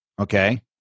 okay